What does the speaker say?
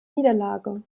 niederlage